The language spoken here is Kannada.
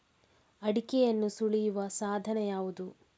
ಅಡಿಕೆಯನ್ನು ಸುಲಿಯುವ ಸಾಧನ ಯಾವುದು?